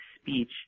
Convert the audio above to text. speech